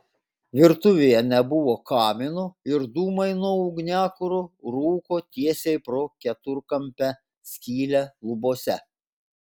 virtuvėje nebuvo kamino ir dūmai nuo ugniakuro rūko tiesiai pro keturkampę skylę lubose